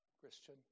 Christian